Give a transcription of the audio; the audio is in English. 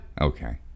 Okay